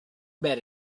bed